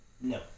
No